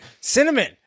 Cinnamon